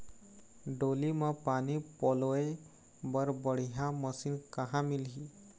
डोली म पानी पलोए बर बढ़िया मशीन कहां मिलही?